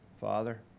Father